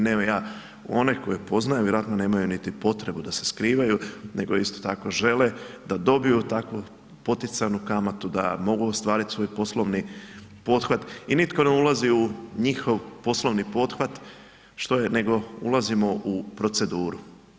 Naime ja one koje poznajem vjerojatno nemaju niti potrebu da se skrivaju, nego isto tako žele da dobiju takvu poticajnu kamatu da mogu ostvariti svoj poslovni pothvat i nitko ne ulazi u njihov poslovni pothvat što je, nego ulazimo u proceduru.